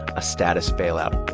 a status bailout